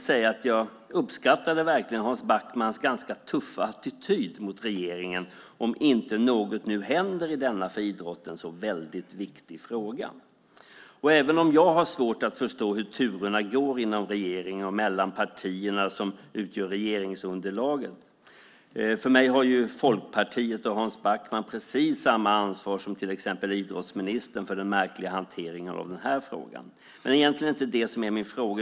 Jag uppskattade Hans Backmans tuffa attityd mot regeringen om inte något nu händer i denna för idrotten så viktiga fråga - även om jag har svårt att förstå hur turerna går inom regeringen och mellan partierna som utgör regeringsunderlaget. För mig har Folkpartiet och Hans Backman precis samma ansvar som till exempel idrottsministern för den märkliga hanteringen av denna fråga. Men det här var egentligen inte min fråga.